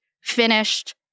finished